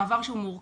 הוא מעבר מורכב,